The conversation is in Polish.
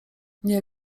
nie